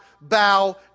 bow